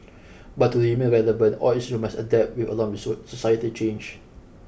but to remain relevant all institutions must adapt with along with society change